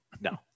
No